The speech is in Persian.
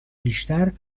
بیشتر